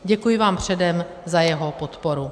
Děkuji vám předem za jeho podporu.